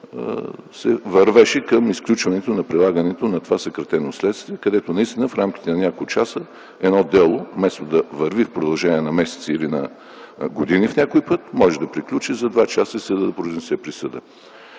се вървеше към изключването на прилагането на това съкратено следствие, където в рамките на няколко часа едно дело, вместо да върви в продължение на месеци или на години някой път, може да приключи за 2 часа и съдът да произнесе присъда.